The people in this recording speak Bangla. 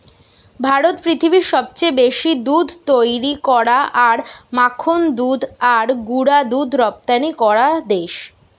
ভারত পৃথিবীর সবচেয়ে বেশি দুধ তৈরী করা আর মাখন দুধ আর গুঁড়া দুধ রপ্তানি করা দেশ